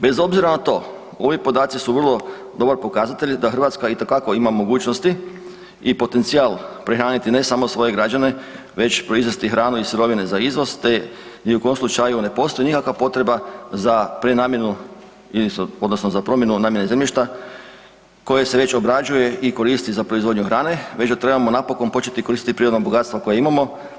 Bez obzira na to, ovi podaci su vrlo dobar pokazatelj da Hrvatska itekako ima mogućnosti i potencijal prehraniti, ne samo svoje građane, već proizvesti hranu i sirovine za izvoz te ni u kom slučaju ne postoji nikakva potreba za prenamjenu ili, odnosno za promjenu namjene zemljišta koje se već obrađuje i koristi za proizvodnju hrane, već da trebamo napokon početi koristiti prirodna bogatstva koja imamo.